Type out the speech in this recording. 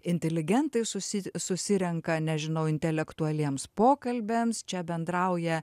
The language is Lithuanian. inteligentai susi susirenka nežinau intelektualiems pokalbiams čia bendrauja